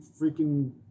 freaking